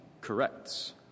corrects